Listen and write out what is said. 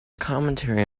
commentary